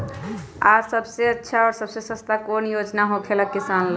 आ सबसे अच्छा और सबसे सस्ता कौन योजना होखेला किसान ला?